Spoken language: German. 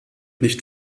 nicht